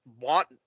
want